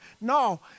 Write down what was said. No